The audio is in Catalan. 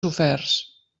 soferts